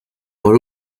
por